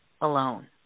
Alone